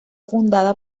fundada